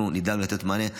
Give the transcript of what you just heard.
אנחנו נדע לתת מענה.